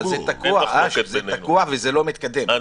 אבל זה תקוע, אשר, זה תקוע וזה לא מתקדם.